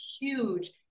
huge